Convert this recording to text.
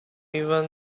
even